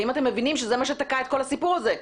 האם אתם מבינים שזה מה שתקע את כל הסיפור הזה.